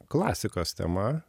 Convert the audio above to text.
klasikos tema